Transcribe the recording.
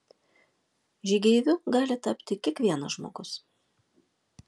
žygeiviu gali tapti kiekvienas žmogus